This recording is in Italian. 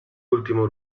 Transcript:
ultimo